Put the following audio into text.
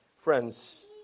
Friends